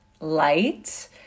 light